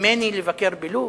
ממני לבקר בלוב